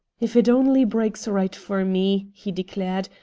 if it only breaks right for me, he declared,